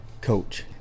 coach